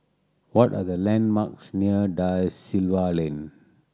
what are the landmarks near Da Silva Lane